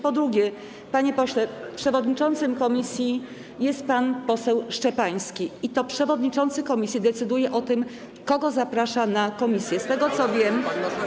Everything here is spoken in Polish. Po drugie, panie pośle, przewodniczącym komisji jest pan poseł Szczepański i to przewodniczący komisji decyduje o tym, kogo zaprasza na posiedzenie komisji.